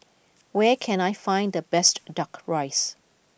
where can I find the best duck rice